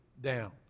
down